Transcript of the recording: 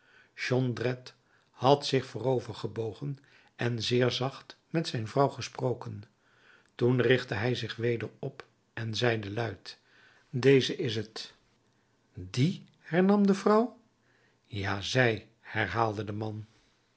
jondrette had zich voorover gebogen en zeer zacht met zijn vrouw gesproken toen richtte hij zich weder op en zeide luid deze is t die hernam de vrouw ja zij herhaalde de man